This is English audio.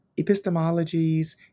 epistemologies